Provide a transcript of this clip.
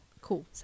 Cool